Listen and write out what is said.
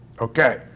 Okay